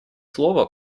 слово